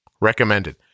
Recommended